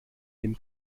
dem